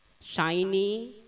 shiny